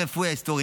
הרפואי ההיסטורי,